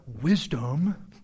wisdom